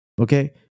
Okay